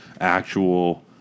actual